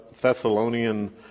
Thessalonian